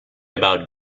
about